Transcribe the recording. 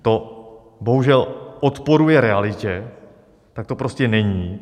To bohužel odporuje realitě, tak to prostě není.